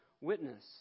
witness